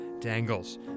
Dangles